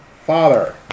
father